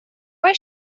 why